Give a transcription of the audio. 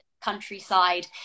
countryside